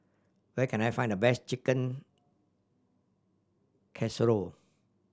where can I find the best Chicken Casserole